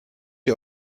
ihr